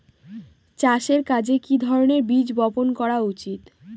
চাষের কাজে কি ধরনের বীজ বপন করা উচিৎ?